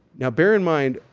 now bear in mind,